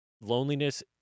Loneliness